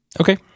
Okay